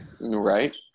right